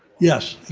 yes,